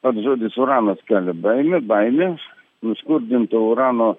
pats žodis uranas kelia baimę baimes nuskurdinto urano